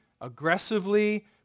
aggressively